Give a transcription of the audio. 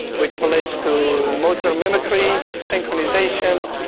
which relates to motor mimicry synchronisation,